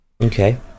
Okay